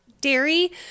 dairy